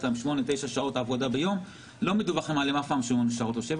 8-9 שעות עבודה ביום אך לא מדווח עליהם אף פעם 8 שעות,